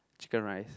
chicken rice